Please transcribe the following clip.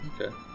Okay